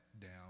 down